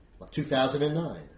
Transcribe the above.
2009